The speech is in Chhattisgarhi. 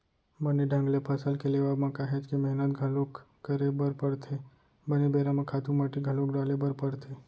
बने ढंग ले फसल के लेवब म काहेच के मेहनत घलोक करे बर परथे, बने बेरा म खातू माटी घलोक डाले बर परथे